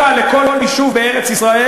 ואת קרבתה לכל יישוב בארץ-ישראל,